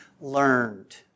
learned